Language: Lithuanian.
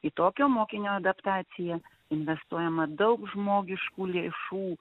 į tokio mokinio adaptaciją investuojama daug žmogiškų lėšų